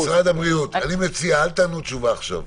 משרד הבריאות, אני מציע, אל תענו תשובה עכשיו.